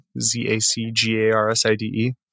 Z-A-C-G-A-R-S-I-D-E